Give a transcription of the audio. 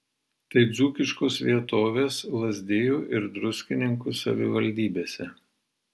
tai dzūkiškos vietovės lazdijų ir druskininkų savivaldybėse